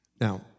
Now